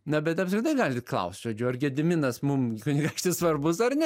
na bet apskritai galit klaust žodžiu ar gediminas mum kunigaikštis svarbus ar ne